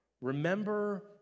Remember